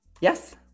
Yes